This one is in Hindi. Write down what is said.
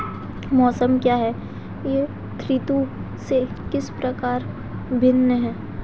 मौसम क्या है यह ऋतु से किस प्रकार भिन्न है?